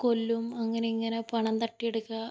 കൊല്ലും അങ്ങനെ ഇങ്ങനെ പണം തട്ടിയെടുക്കുക